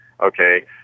Okay